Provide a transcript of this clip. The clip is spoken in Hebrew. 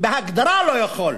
בהגדרה לא יכול.